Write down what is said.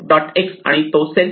X घेतो आणि तो सेल्फ